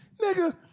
Nigga